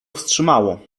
wstrzymało